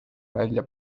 välja